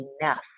enough